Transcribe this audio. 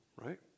right